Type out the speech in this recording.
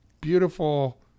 beautiful